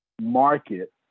market